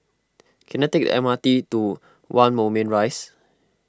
can I take the M R T to one Moulmein Rise